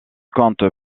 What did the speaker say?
compte